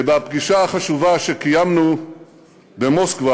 בפגישה החשובה שקיימנו במוסקבה